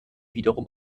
wiederum